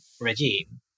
regime